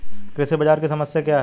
कृषि बाजार की समस्या क्या है?